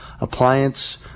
appliance